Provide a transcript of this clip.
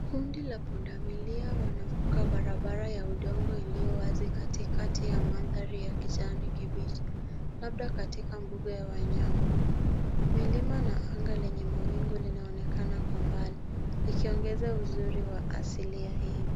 Kundi la pundamilia wanavuka barabara ya udongo iliyo wazi katikati ya mandhari ya kijani kibichi, labda katika mbuga ya wanyama. Milima na anga lenye mawingu linaonekana kwa mbali likiongeza uzuri wa asilia hii.